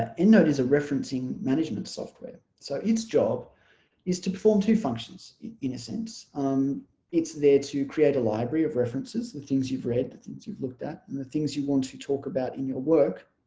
ah endnote is a referencing management software so it's job is to perform two functions in a sense um it's there to create a library of references the things you've read things you've looked at and the things you want to talk about in your work